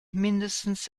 mindestens